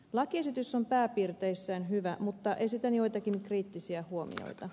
lakiesitys on pääpiirteissään hyvä mutta esitän joitakin kriittisiä huomioita